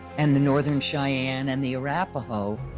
and the northern cheyenne and the arapaho,